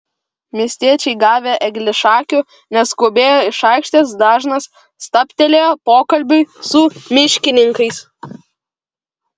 miestiečiai gavę eglišakių neskubėjo iš aikštės dažnas stabtelėjo pokalbiui su miškininkais